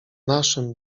naszym